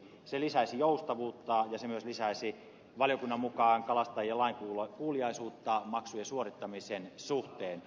se lisäisi joustavuutta ja se myös lisäisi valiokunnan mukaan kalastajien lainkuuliaisuutta maksujen suorittamisen suhteen